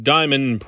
Diamond